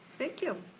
thank you.